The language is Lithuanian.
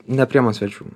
nepriima svečių